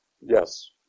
Yes